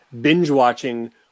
binge-watching